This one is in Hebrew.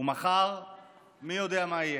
ומחר מי יודע מה יהיה.